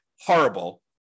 horrible